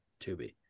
Tubi